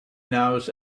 knows